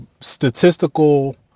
statistical